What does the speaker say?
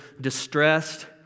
distressed